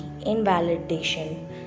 invalidation